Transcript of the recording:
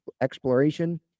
exploration